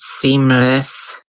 Seamless